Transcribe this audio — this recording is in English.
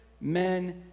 men